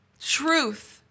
truth